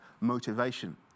motivation